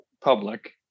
public